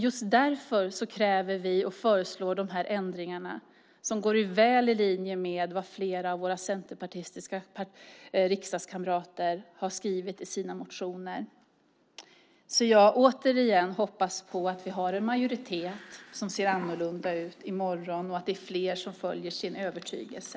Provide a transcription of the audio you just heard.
Just därför kräver och föreslår vi de här ändringarna, som är väl i linje med vad flera av våra centerpartistiska riksdagskamrater har skrivit i sina motioner. Jag hoppas återigen på att vi har en majoritet som ser annorlunda ut i morgon och att det är fler som följer sin övertygelse.